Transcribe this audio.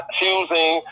choosing